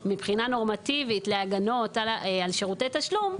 מבחינה נורמטיבית, להגנות על שירותי תשלום,